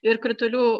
ir kritulių